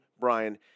Brian